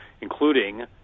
including